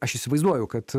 aš įsivaizduoju kad